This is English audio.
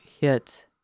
hit